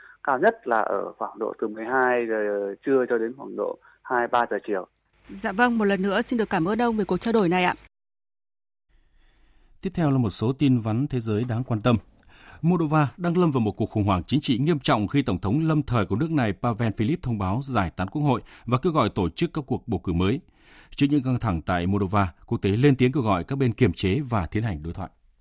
Cao nhất là ở khoảng độ từ 12 giờ- giờ trưa cho đến khoảng độ 2-3 giờ chiều. Dạ vâng, một lần nữa xin được cảm ơn ông về cuộc trao đổi này ạ. Tiếp theo là một số tin vắn thế giới đáng quan tâm. Moldova đang lâm vào một cuộc khủng hoảng chính trị nghiêm trọng khi tổng thống lâm thời của nước này Pavel Filip thông báo giải tán quốc hội và kêu gọi tổ chức các cuộc bầu cử mới. Trước những căng thẳng tại Moldova, quốc tế lên tiếng kêu gọi các bên kiềm chế và tiến hành đối thoại.